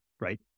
right